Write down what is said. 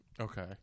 Okay